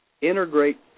integrate